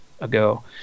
ago